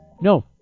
no